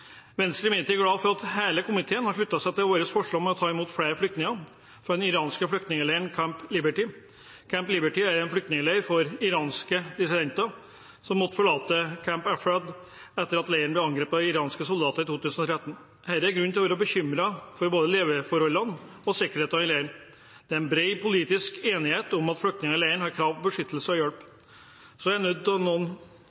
Venstre er imidlertid glad for at hele komiteen har sluttet seg til vårt forslag om å ta imot flere flyktninger fra den irakiske flyktningleiren Camp Liberty. Camp Liberty er en flyktningleir for iranske dissidenter som måtte forlate Camp Ashraf etter at leiren ble angrepet av irakiske soldater i 2013. Det er grunn til å være bekymret for både leveforholdene og sikkerheten i leiren. Det er en bred politisk enighet om at flyktningleiren har krav på beskyttelse og hjelp.